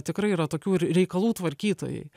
tikrai yra tokių ir reikalų tvarkytojai